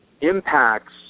impacts